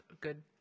Good